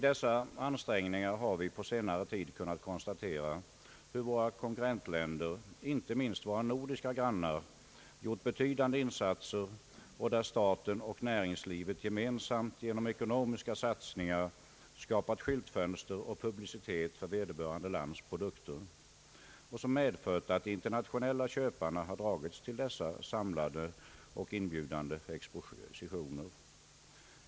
Därvid har vi på senare tid kunnat konstatera hur våra konkurrentländer, inte minst våra nordiska grannar, gjort betydande insatser och hur där staten och näringslivet gemensamt genom ekonomiska satsningar skapat skyltfönster och publicitet för vederbörande lands produkter, vilket medfört att de internationella köparna har dragits till dessa samlade och inbjudande expositioner.